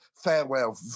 farewell